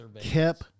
kept